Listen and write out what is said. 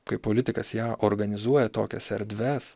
kai politikas ją organizuoja tokias erdves